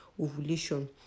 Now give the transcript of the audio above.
ovulation